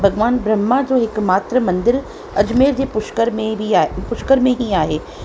भॻवानु ब्रह्मा जो हिकु मात्र मंदिर अजमेर जे पुष्कर में बि पुष्कर में ई आहे